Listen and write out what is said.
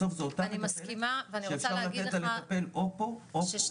בסוף זה אותה מטפלת שאפשר לתת לה לטפל או פה או פה.